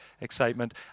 excitement